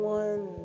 one